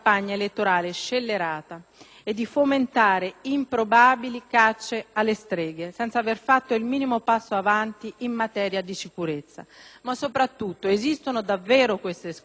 e di fomentare improbabili cacce alle streghe, senza aver fatto il minimo passo avanti in materia di sicurezza. Ma, soprattutto, esistono davvero queste streghe?